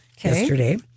yesterday